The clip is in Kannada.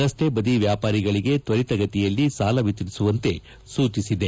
ರಸ್ತೆ ಬದಿ ವ್ಯಾಪಾರಿಗಳಿಗೆ ತ್ವರಿತಗತಿಯಲ್ಲಿ ಸಾಲ ವಿತರಿಸುವಂತೆ ಸೂಚಿಸಿದೆ